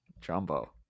Jumbo